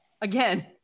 again